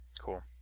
Cool